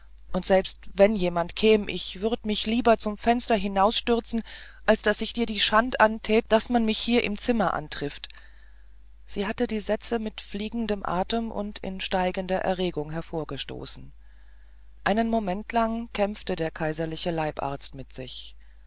und selbst wenn jemand käm würd ich mich lieber zum fenster hinausstürzen als daß ich dir die schand antät daß man mich hier im zimmer antrifft sie hatte die sätze mit fliegendem atem und in steigender erregung hervorgestoßen einen moment lang kämpfte der kaiserliche leibarzt mit sich